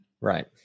Right